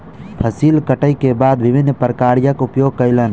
फसिल कटै के बाद विभिन्न प्रक्रियाक उपयोग कयलैन